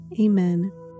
Amen